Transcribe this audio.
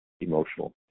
emotional